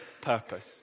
purpose